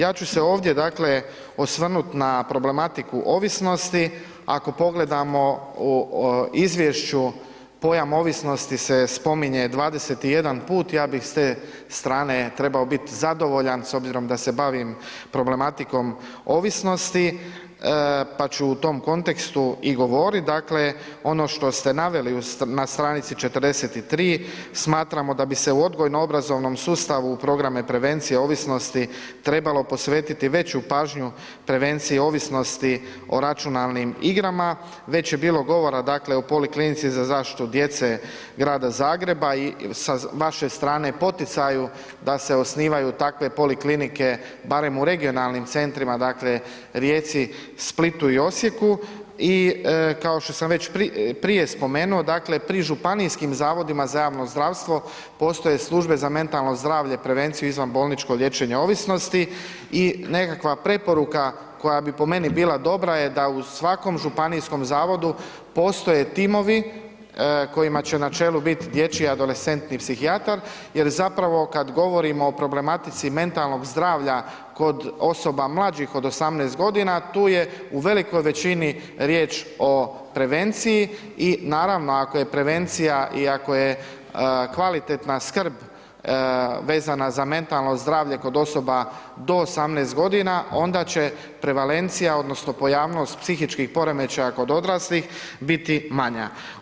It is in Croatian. Ja ću se ovdje, dakle, osvrnut na problematiku ovisnosti, ako pogledamo u izvješću pojam ovisnosti se spominje 21 put, ja bih s te strane trebao bit zadovoljan s obzirom da se bavim problematikom ovisnosti, pa ću u tom kontekstu i govorit, dakle, ono što ste naveli na str. 43 smatramo da bi se u odgojno obrazovnom sustavu u programu prevencije ovisnosti trebalo posvetiti veću pažnju prevenciji ovisnosti o računalnim igrama, već je bilo govora, dakle, u Poliklinici za zaštitu djece Grada Zagreba i sa vaše strane, poticaju da se osnivaju takve poliklinike barem u regionalnim centrima, dakle, Rijeci, Splitu i Osijeku i kao što sam već prije spomenuo, dakle, pri županijskim zavodima za javno zdravstvo postoje službe za mentalno zdravlje i prevenciju i izvanbolničko liječenje ovisnosti i nekakva preporuka koja bi po meni bila dobra je da u svakom županijskom zavodu postoje timovi kojima će u načelu bit dječji adolescentni psihijatar, jer zapravo kad govorimo o problematici mentalnog zdravlja kod osoba mlađih od 18.g., tu je u velikoj većini riječ o prevenciji i naravno, ako je prevencija i ako je kvalitetna skrb vezana za mentalno zdravlje kod osoba do 18.g. onda će prevalencija odnosno pojavnost psihičkih poremećaja kod odraslih biti manja.